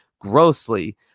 grossly